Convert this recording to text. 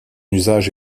usage